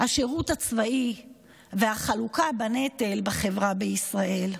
השירות הצבאי והחלוקה בנטל בחברה בישראל.